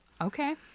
Okay